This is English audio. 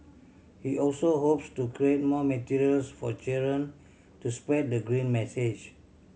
he also hopes to create more materials for children to spread the green message